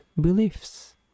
beliefs